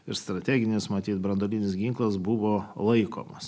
ir strateginis matyt branduolinis ginklas buvo laikomas